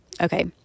Okay